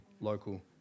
local